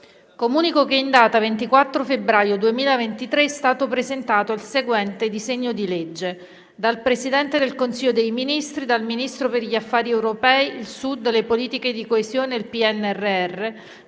Comunico che in data 24 febbraio 2023 è stato presentato il seguente disegno di legge: *dal Presidente del Consiglio dei ministri, dal Ministro per gli affari europei, il Sud, le politiche di coesione e il PNRR,